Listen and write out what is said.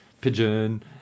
pigeon